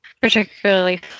particularly